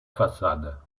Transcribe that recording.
façade